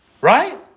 right